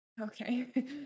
Okay